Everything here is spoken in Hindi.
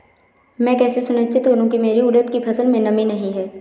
मैं कैसे सुनिश्चित करूँ की मेरी उड़द की फसल में नमी नहीं है?